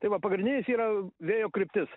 tai va pagrindinis yra vėjo kryptis